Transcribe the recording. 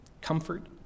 comfort